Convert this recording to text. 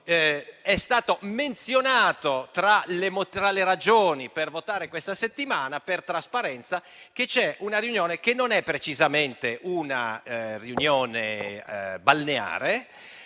è stato menzionato, tra le ragioni per votare questa settimana, per trasparenza, che c'è una riunione che non è precisamente un raduno balneare,